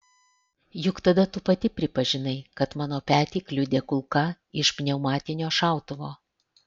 juk tada tu pati pripažinai kad mano petį kliudė kulka iš pneumatinio šautuvo